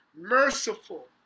merciful